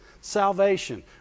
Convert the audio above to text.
Salvation